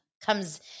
comes